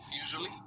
usually